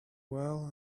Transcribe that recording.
well